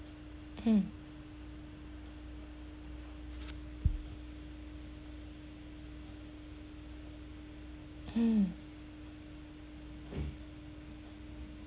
mm mm